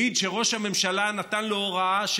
העיד שראש הממשלה נתן לו הוראה,